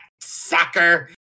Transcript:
sucker